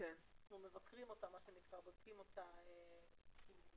אנחנו בודקים אותה.